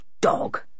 dog